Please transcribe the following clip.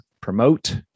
promote